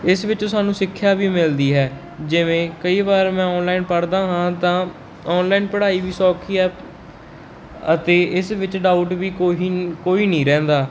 ਇਸ ਵਿੱਚੋਂ ਸਾਨੂੰ ਸਿੱਖਿਆ ਵੀ ਮਿਲਦੀ ਹੈ ਜਿਵੇਂ ਕਈ ਵਾਰ ਮੈਂ ਔਨਲਾਈਨ ਪੜ੍ਹਦਾ ਹਾਂ ਤਾਂ ਔਨਲਾਈਨ ਪੜ੍ਹਾਈ ਵੀ ਸੌਖੀ ਹੈ ਅਤੇ ਇਸ ਵਿੱਚ ਡਾਊਟ ਵੀ ਕੋਹੀ ਕੋਈ ਨਹੀਂ ਰਹਿੰਦਾ